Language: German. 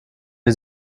die